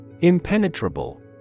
Impenetrable